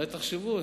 אולי תחשבו,